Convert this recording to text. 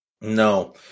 No